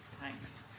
Thanks